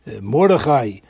Mordechai